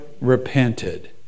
repented